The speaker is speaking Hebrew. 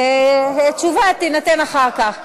ותשובה תינתן אחר כך.